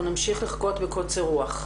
אנחנו נמשיך לחכות בקוצר רוח.